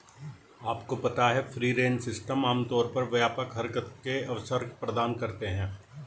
आपको पता है फ्री रेंज सिस्टम आमतौर पर व्यापक हरकत के अवसर प्रदान करते हैं?